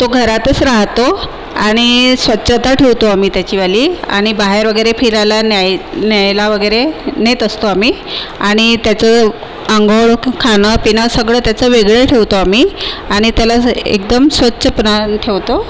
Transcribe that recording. तो घरातच राहतो आणि स्वच्छता ठेवतो आम्ही त्याचीवाली आणि बाहेर वगैरे फिरायला न्याय न्यायला वगैरे नेत असतो आम्ही आणि त्याचं आंघोळ खाणं पिणं सगळं त्याचं वेगळे ठेवतो आम्ही आणि त्याला असं एकदम स्वच्छ पणानं ठेवतो